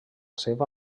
seva